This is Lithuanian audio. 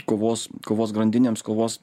kovos kovos grandinėms kovos